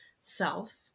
self